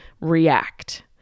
react